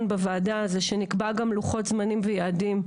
בוועדה זה שנקבע גם לוחות זמנים ויעדים.